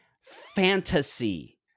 fantasy